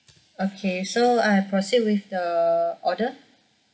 okay so I proceed with the order